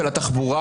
של התחבורה